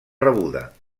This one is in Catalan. rebuda